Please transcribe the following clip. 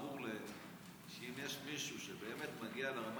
ברור להם שאם יש מישהו שבאמת מגיע לרמה